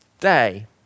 day